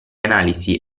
analisi